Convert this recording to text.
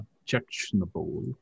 objectionable